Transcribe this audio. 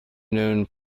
known